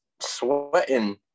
sweating